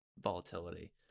volatility